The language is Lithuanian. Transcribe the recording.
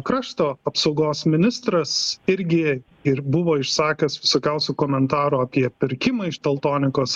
krašto apsaugos ministras irgi ir buvo išsakęs visokiausių komentarų apie pirkimą iš teltonikos